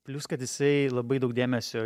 plius kad jisai labai daug dėmesio